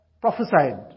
prophesied